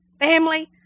Family